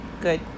good